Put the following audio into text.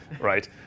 right